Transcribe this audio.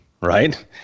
right